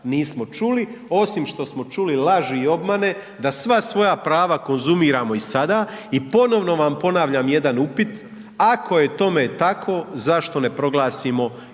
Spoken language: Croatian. nismo čuli, osim što smo čuli laži i obmane da sva svoja prava konzumiramo i sada i ponovno vam ponavljam jedan upit, ako je tome tako, zašto ne proglasimo isključivi